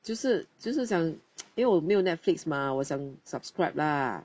就是就是想因为我没有 Netflix mah 我想 subscribe lah